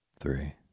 Three